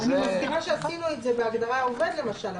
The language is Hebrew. אני מזכירה שעשינו את זה בהגדרה של "עובד", למשל.